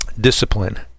discipline